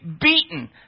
beaten